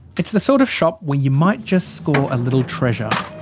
it's the sort of shop where you might just score a little treasure.